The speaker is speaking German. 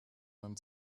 meinem